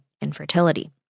infertility